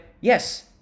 yes